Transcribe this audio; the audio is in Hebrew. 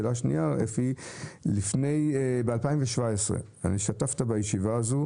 שאלה שנייה, אפי, בשנת 2017, השתתפת בישיבה כאן,